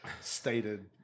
stated